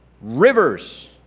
rivers